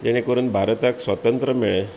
जेणे करून भारताक स्वातंत्र मेळ्ळें